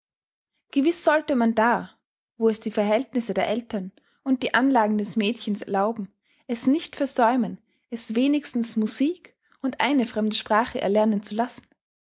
gewiß sollte man da wo es die verhältnisse der eltern und die anlagen des mädchens erlauben es nicht versäumen es wenigstens musik und eine fremde sprache erlernen zu lassen